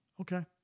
Okay